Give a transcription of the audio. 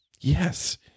Yes